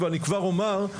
ואני כבר אומר,